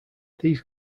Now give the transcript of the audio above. these